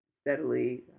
steadily